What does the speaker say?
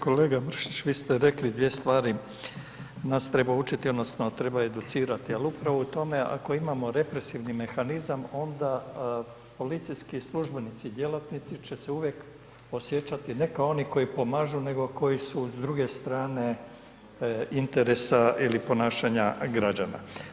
Kolega Mišić, vi ste rekli dvije stvari nas treba učiti, odnosno treba educirati, ali upravo u tome, ako imamo represivni mehanizam onda policijski službenici i djelatnici će se uvijek osjećati ne kao oni koji pomažu nego koji su s druge strane interesa ili ponašanja građana.